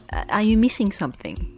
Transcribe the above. are you missing something?